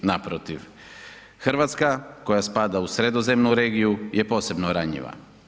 Naprotiv, Hrvatska koja spada u Sredozemnu regiju je posebno ranjiva.